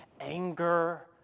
anger